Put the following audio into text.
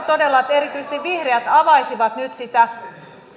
todella että erityisesti vihreät avaisivat nyt sitä